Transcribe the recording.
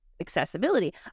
accessibility